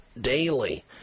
daily